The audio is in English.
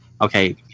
okay